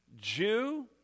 Jew